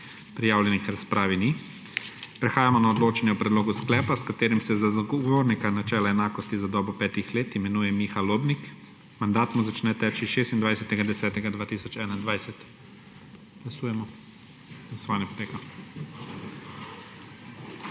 Prijavljenih k razpravi ni. Prehajamo na odločanje o predlogu sklepa, s katerim se za zagovornika načela enakosti za dobo petih let imenuje Miha Lobnik. Mandat mu začne teči 26. oktobra 2021. Glasujemo.